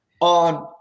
on